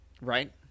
Right